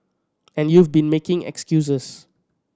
and you've been making excuses